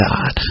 God